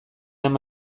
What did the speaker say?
ama